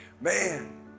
Man